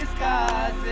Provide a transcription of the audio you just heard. god.